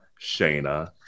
Shayna